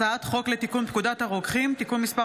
הצעת חוק לתיקון פקודת הרוקחים (תיקון מס'